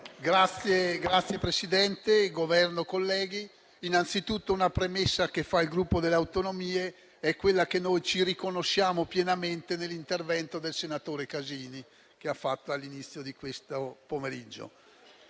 Signor Presidente, Governo, colleghi, innanzitutto una premessa che fa il Gruppo Per le Autonomie: noi ci riconosciamo pienamente nell'intervento che il senatore Casini ha fatto all'inizio di questo pomeriggio.